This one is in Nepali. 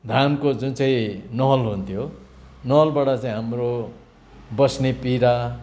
धानको जुन चाहिँ नल हुन्थ्यो नलबाट चाहिँ हाम्रो बस्ने पिरा